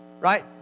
Right